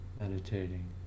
meditating